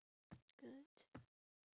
good